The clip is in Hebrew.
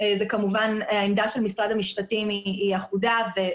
וכמובן שהעמדה של משרד המשפטים היא אחודה.